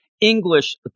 english